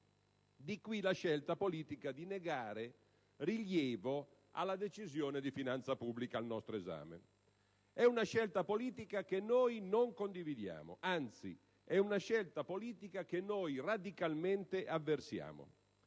Di qui la scelta politica di negare rilievo alla Decisione di finanza pubblica al nostro esame. È una scelta politica che noi non condividiamo. Anzi, è una scelta politica che noi radicalmente avversiamo: